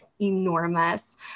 enormous